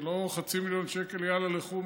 זה לא חצי מיליון שקל ויאללה לכו,